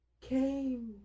came